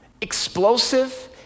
Explosive